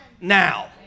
now